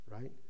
right